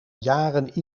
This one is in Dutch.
jaren